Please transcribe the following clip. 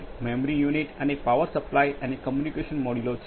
તેથી મૂળભૂત રીતે પીએલસી એ ઔદ્યોગિક નિયંત્રણ સિસ્ટમ છે